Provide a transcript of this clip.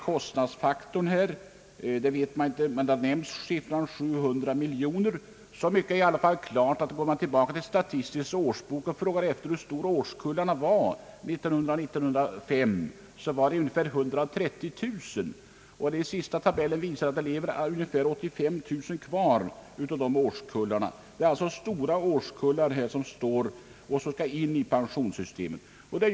Kostnaderna känner man inte till, men siffran 700 miljoner har nämnts. Går man till Statistisk årsbok, finner man att årskullarna 1904—1905 var ungefär 130 000 personer. Tabellerna visar att 85 000 av dessa årskullar lever. Det är alltså stora årskullar som skall in i pensionssystemet.